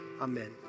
amen